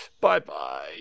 Bye-bye